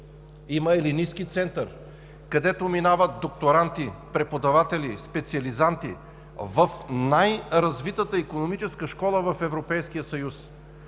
имат Елиниски център, където минават докторанти, преподаватели, специализанти в най-развитата икономическа школа в Европейския съюз.